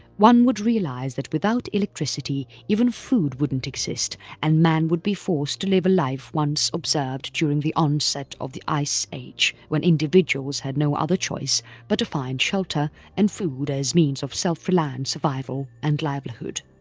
one would realise that without electricity, even food wouldn't exist and man would be forced to live a life once observed during the onset of the ice age when individuals had no other choice but to find shelter and food as means of self-reliance survival and livelihood.